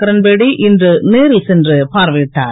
கிரண்பேடி இன்று நேரில் சென்று பார்வையிட்டார்